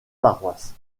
paroisses